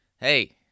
Hey